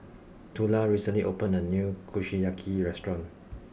Tula recently opened a new Kushiyaki restaurant